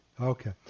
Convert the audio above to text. Okay